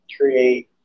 create